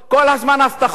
כל הזמן הבטחות.